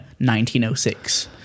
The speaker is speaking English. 1906